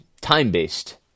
time-based